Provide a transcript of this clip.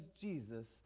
Jesus